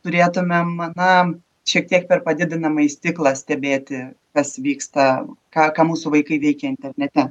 turėtumėm na šiek tiek per padidinamąjį stiklą stebėti kas vyksta ką ką mūsų vaikai veikia internete